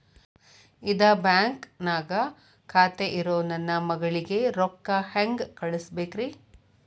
ಇದ ಬ್ಯಾಂಕ್ ನ್ಯಾಗ್ ಖಾತೆ ಇರೋ ನನ್ನ ಮಗಳಿಗೆ ರೊಕ್ಕ ಹೆಂಗ್ ಕಳಸಬೇಕ್ರಿ?